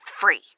free